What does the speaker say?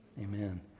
Amen